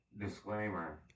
disclaimer